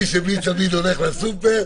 מי שבלי צמיד הולך לסופר.